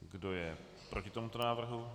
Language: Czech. Kdo je proti tomuto návrhu?